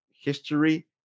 history